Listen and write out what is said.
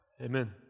amen